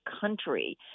country